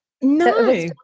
No